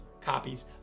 copies